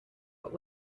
but